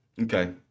okay